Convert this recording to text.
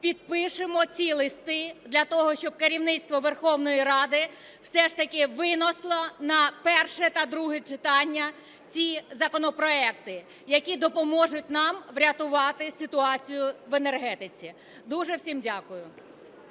підпишемо ці листи для того, щоб керівництво Верховної Ради все ж таки винесло на перше та друге читання ці законопроекти, які допоможуть нам врятувати ситуацію в енергетиці. Дуже всім дякую.